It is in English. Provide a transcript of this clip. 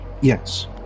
yes